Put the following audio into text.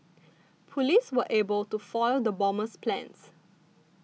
police were able to foil the bomber's plans